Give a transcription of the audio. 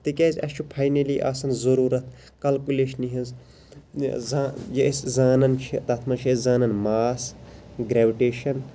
تکیاز اَسہِ چھُ فاینَلی آسان ضرورَت کَلکُلیشنہٕ ہٕنٛز یہِ أسۍ زانان چھِ تَتھ مَنٛز چھِ أسھ زانان ماس گریوِٹیشَن